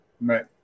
Right